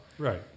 right